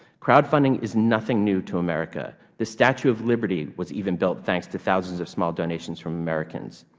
crowdfunding is nothing new to america. the statue of liberty was even built thanks to thousands of small donations from americans.